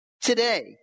today